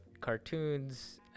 cartoons